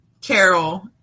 Carol